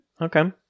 Okay